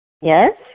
Yes